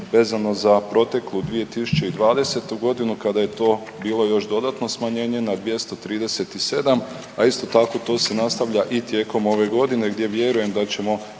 vezano za proteklu 2020.g. kada je to bilo još dodatno smanjenje na 237, a isto tako to se nastavlja i tijekom ove godine gdje vjerujem da ćemo